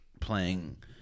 playing